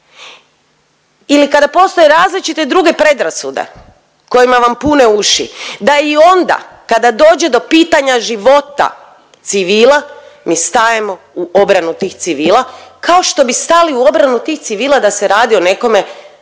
ili kada postoje različite druge predrasude kojima vam pune uši da i onda kada dođe do pitanja života civila mi stajemo u obranu tih civila kao što bi stali u obranu tih civila da se radi o nekome